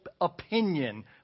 opinion